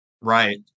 Right